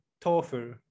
TOEFL